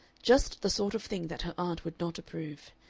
just the sort of thing that her aunt would not approve,